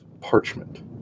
parchment